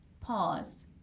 pause